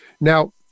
now